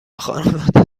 خانواده